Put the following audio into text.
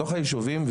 בתוך היישובים,